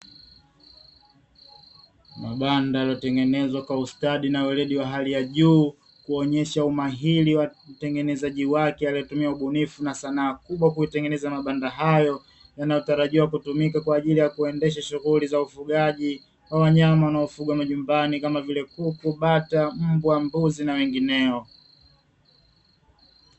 Mabanda yaliyotengenezwa kwa ustadi na weledi wa hali ya juu kuonesha umahiri wa utengenezaji wake, unaotumia ubunifu na sanaa kubwa kutengeneza mabanda hayo, yanayotarajiwa kutumika kwaajili ya kuendesha shughuli za ufugaji wa wanyama wanaofugwa majumbani kama vile: Kuku, Bata, Mbwa, Mbuzi na wengineo.